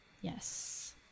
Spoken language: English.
yes